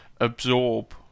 absorb